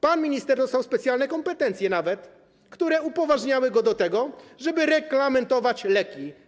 Pan minister dostał nawet specjalne kompetencje, które upoważniały go do tego, żeby reglamentować leki.